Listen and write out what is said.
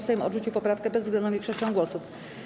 Sejm odrzucił poprawkę bezwzględną większością głosów.